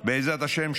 בעזרת השם,